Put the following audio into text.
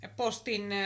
postin